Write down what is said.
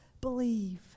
believe